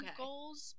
goals